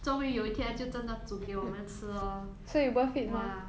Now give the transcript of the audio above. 终于有一天他就真的煮给我们吃 lor !wah!